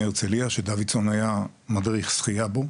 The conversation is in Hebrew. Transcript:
הרצליה שסימון דוידסון היה מדריך שחייה בו,